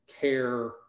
care